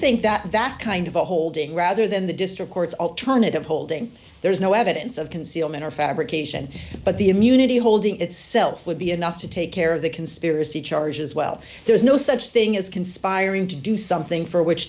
think that that kind of a holding rather than the district court's alternative holding there's no evidence of concealment or fabrication but the immunity holding itself would be enough to take care of the conspiracy charge as well there's no such thing as conspiring to do something for which